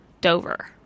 dover